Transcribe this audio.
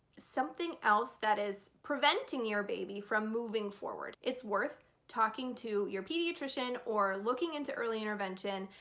something else that is preventing your baby from moving forward. it's worth talking to your pediatrician or looking into early intervention,